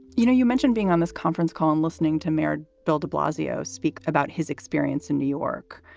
you know, you mentioned being on this conference call and listening to mayor bill de blasio speak about his experience in new york.